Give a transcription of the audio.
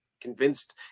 convinced